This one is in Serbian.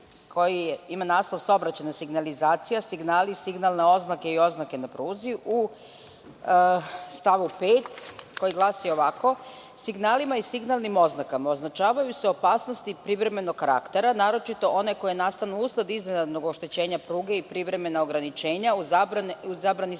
koji ima naslov „Saobraćajna signalizacija, signali, signalne oznake i oznake na pruzi“, u stavu 5. koji glasi ovako: „Signalima i signalnim oznakama označavaju se opasnosti privremenog karaktera, naročito one koje nastanu usled iznenadnog oštećenja pruge i privremena ograničenja u zabrani